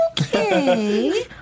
okay